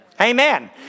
Amen